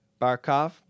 Barkov